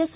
S